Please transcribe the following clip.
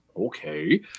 okay